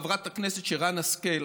חברת כנסת שרן השכל,